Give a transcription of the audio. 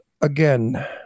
again